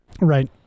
Right